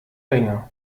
ringe